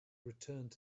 returned